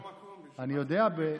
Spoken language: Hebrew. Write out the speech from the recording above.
שלמה,